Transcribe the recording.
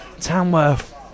Tamworth